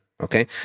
Okay